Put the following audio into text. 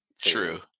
True